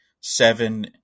seven